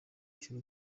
cy’u